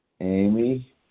Amy